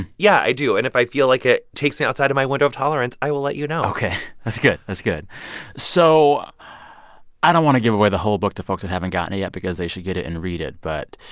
yeah, i do. and if i feel like it takes me outside of my window of tolerance, i will let you know ok. that's good. that's good so i don't want to give away the whole book to folks that haven't gotten it yet because they should get it and read it. but